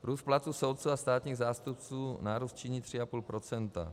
Růst platů soudců a státních zástupců, nárůst činí 3,5 %.